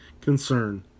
concern